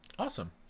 Awesome